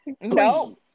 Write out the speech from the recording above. No